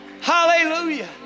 Hallelujah